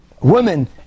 women